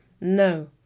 No